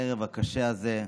בערב הקשה הזה,